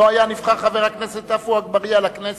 לא היה נבחר חבר הכנסת עפו אגבאריה לכנסת.